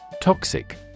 Toxic